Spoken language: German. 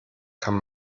kann